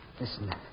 Listen